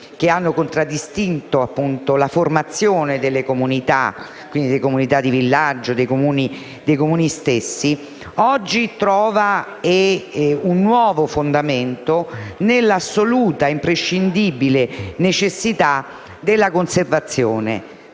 che hanno contraddistinto la formazione delle comunità di villaggio e dei Comuni stessi, oggi trova nuovo fondamento nell'assoluta e imprescindibile necessità della conservazione